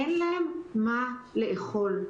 אין להם מה לאכול.